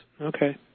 Okay